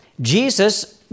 Jesus